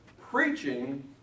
Preaching